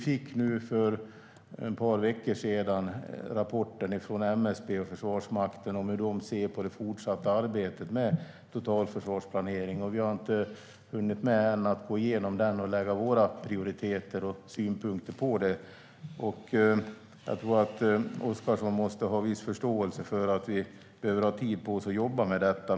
För ett par veckor sedan fick vi rapporten från MSB och Försvarsmakten om hur man ser på det fortsatta arbetet med totalförsvarsplanering. Vi har inte hunnit gå igenom den än och ange våra prioriteter och synpunkter på den. Oscarsson måste ha en viss förståelse för att vi behöver ha tid på oss för att jobba med detta.